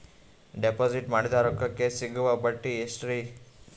Deposit ಮಾಡಿದ ರೊಕ್ಕಕೆ ಸಿಗುವ ಬಡ್ಡಿ ಎಷ್ಟ್ರೀ?